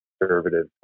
conservative